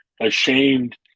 ashamed